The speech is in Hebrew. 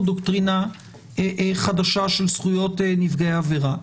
דוקטרינה חדשה של זכויות נפגעי עבירה,